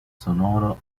sonoro